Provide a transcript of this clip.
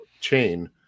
chain